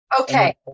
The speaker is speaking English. Okay